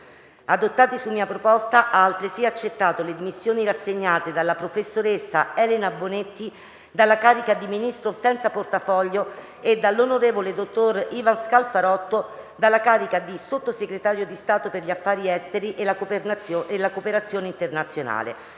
adottati su mia proposta, ha altresì accettato le dimissioni rassegnate dalla prof.ssa Elena BONETTI dalla carica di Ministro senza portafoglio e dall'on. dott. Ivan SCALFAROTTO dalla carica di Sottosegretario di Stato per gli affari esteri e la cooperazione internazionale.